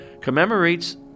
commemorates